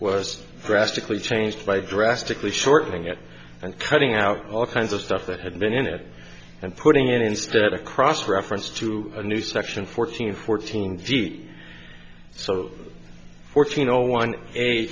was drastically changed by drastically shortening it and cutting out all kinds of stuff that had been in it and putting in instead a cross reference to a new section fourteen fourteen v so fourteen zero one eight